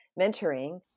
mentoring